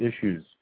issues